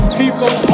people